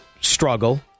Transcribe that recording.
struggle